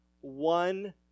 One